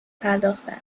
پرداختند